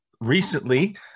recently